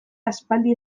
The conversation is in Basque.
aspaldi